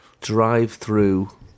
Drive-through